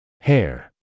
Hair